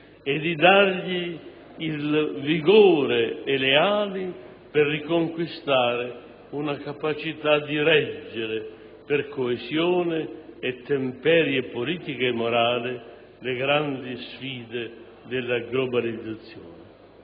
e di dargli il vigore e le ali per riconquistare una capacità di reggere, per coesione e temperie politica e morale, le grandi sfide della globalizzazione.